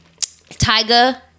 Tyga